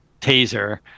taser